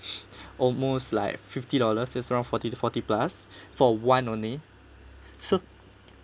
almost like fifty dollars is around forty to forty plus for one only so